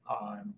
on